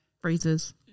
Phrases